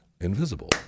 invisible